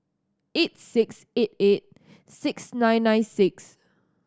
eight six eight eight six nine nine six